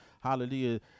Hallelujah